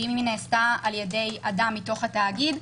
ואם היא נעשתה על ידי אדם מתוך התאגיד,